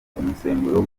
umusemburo